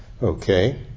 Okay